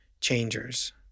changers